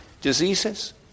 diseases